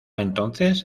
entonces